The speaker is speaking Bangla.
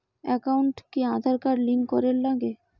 একাউন্টত কি আঁধার কার্ড লিংক করের নাগে?